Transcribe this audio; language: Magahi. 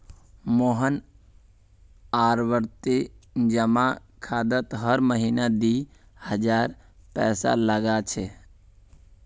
मोहन आवर्ती जमा खातात हर महीना दी हजार पैसा लगा छे